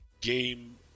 game